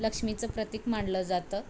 लक्ष्मीचं प्रतीक मानलं जातं